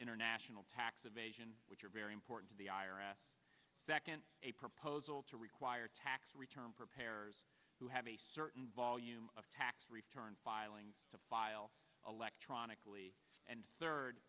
international tax evasion which are very important to the i r s a proposal to require tax return preparers to have a certain volume of tax return filing to file electronically and third